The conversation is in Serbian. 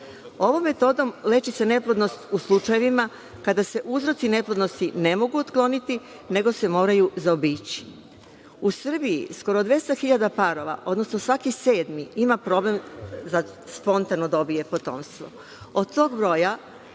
Ovom metodom leči se neplodnost u slučajevima kada se uzroci neplodnosti ne mogu otkloniti, nego se moraju zaobići.U Srbiji gotovo 200 hiljada parova, odnosno svaki sedmi ima problem da spontano dobije potomstvo. Od tog broja